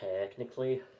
technically